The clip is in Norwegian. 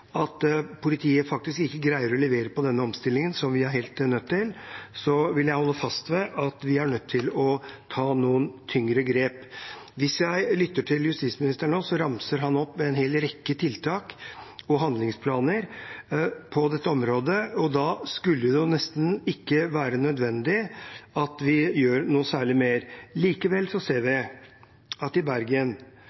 er nødt til å ta noen tyngre grep. Når jeg lytter til justisministeren nå, ramser han opp en hel rekke tiltak og handlingsplaner på dette området, og da skulle det nesten ikke være nødvendig at vi gjør noe særlig mer. Likevel ser vi